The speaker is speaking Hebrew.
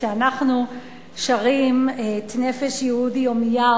כשאנחנו שרים את "נפש יהודי הומייה",